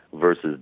versus